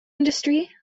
industry